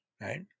Right